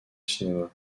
cinéma